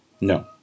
No